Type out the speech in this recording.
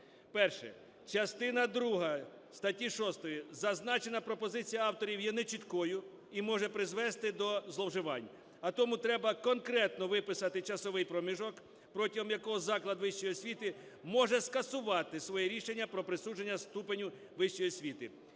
Перше. Частина друга статті 6: зазначена пропозиція авторів є нечіткою і може призвести до зловживань, а тому треба конкретно виписати часовий проміжок, протягом якого заклад вищої освіти може скасувати своє рішення про присудження ступеня вищої освіти.